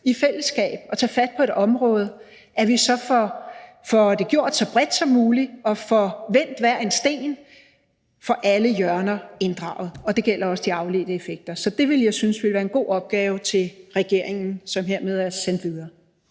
i fællesskab at tage fat på et område, at vi får det gjort så bredt som muligt, får vendt hver en sten og får alle hjørner inddraget, og det gælder også de afledte effekter. Så det ville jeg synes ville være en god opgave for regeringen, som hermed er sendt videre.